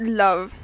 love